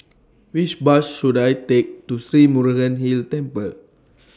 Which Bus should I Take to Sri Murugan Hill Temple